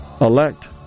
elect